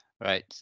right